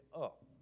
up